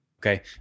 Okay